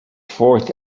fourth